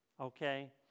Okay